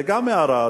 זו גם הערה,